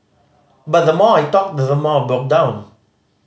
but the more I talked the more I broke down